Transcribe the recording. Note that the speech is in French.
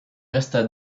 resta